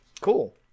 cool